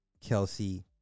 Kelsey